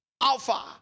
alpha